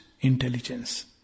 intelligence